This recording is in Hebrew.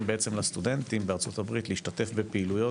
לסטודנטים בארצות הברית להשתתף בפעילויות,